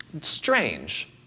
strange